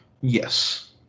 Yes